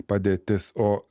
padėtis o